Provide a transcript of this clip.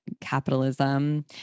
capitalism